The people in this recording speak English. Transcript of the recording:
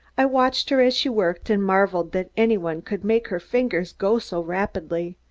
i watched her as she worked and marveled that any one could make her fingers go so rapidly.